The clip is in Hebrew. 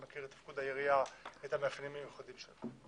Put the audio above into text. שמכיר את תפקוד העירייה ואת המאפיינים המיוחדים של העיר?